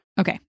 Okay